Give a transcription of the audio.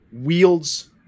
wields